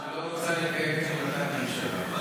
-- שלא רוצה לקיים את החלטת הממשלה.